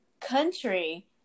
country